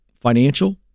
Financial